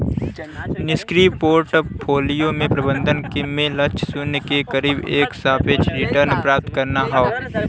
निष्क्रिय पोर्टफोलियो प्रबंधन में लक्ष्य शून्य के करीब एक सापेक्ष रिटर्न प्राप्त करना हौ